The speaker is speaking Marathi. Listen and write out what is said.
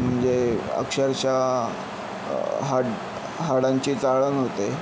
म्हणजे अक्षरशः हड हाडांची चाळण होते